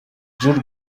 jules